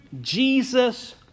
Jesus